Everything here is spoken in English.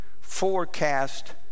forecast